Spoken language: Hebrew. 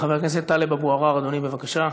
חבר הכנסת טלב אבו עראר, אדוני, בבקשה.